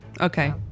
Okay